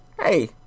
Hey